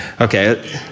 Okay